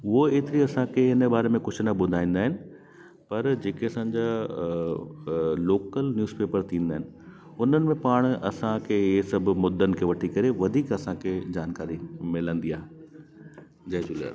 उहो एतिरी असांखे इन बारे में कुझु न ॿुधाईंदा आहिनि पर जेके असांजा अ अ लोकल न्यूज़ पेपर थींदा आहिनि उननि में पाण असांखे इहे सभु मुद्दनि खे वठी करे वधीक असांखे जानकारी मिलंदी आहे जय झूलेलाल